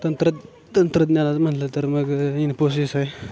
तंत्रज्ञ तंत्रज्ञानाचं म्हनलं तर मग इन्पोसीस आहे